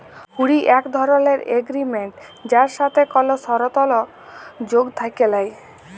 হুঁড়ি এক ধরলের এগরিমেনট যার সাথে কল সরতর্ যোগ থ্যাকে ল্যায়